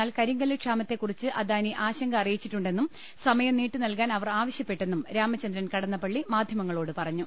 എന്നാൽ കരിങ്കല്ല് ക്ഷാമത്തെക്കുറിച്ച് അദാനി ആശങ്ക അറിയിച്ചിട്ടുണ്ടെന്നും സമയം നീട്ടി നൽകാൻ അവർ ആവശ്യപ്പെട്ടെന്നും രാമചന്ദ്രൻ കടന്നപ്പള്ളി മാധ്യമങ്ങളോട് പറഞ്ഞു